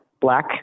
black